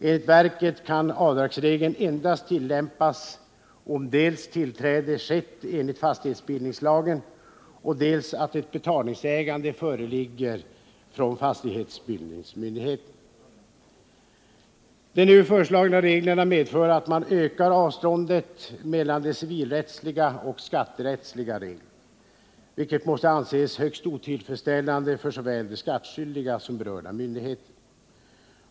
Enligt verket kan avdragsregeln endast tillämpas om dels tillträde har skett enligt fastighetsbildningslagen, dels ett betalningsåläggande föreligger från fastighetsbildningsmyndigheten. De nu föreslagna reglerna medför att man ökar avståndet mellan de civilrättsliga och skatterättsliga reglerna, vilket måste anses högst otillfredsställande för såväl de skattskyldiga som berörda myndigheter.